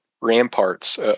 ramparts